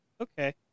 Okay